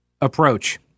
approach